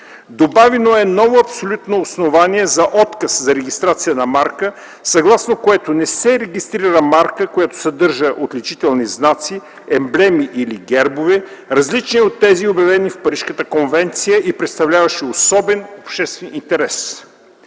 добавено е ново абсолютно основание за отказ за регистрация на марка, съгласно което не се регистрира марка, която съдържа отличителни знаци, емблеми или гербове, различни от тези, обявени в Парижката конвенция и представляващи особен обществен интерес;